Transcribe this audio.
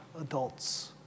adults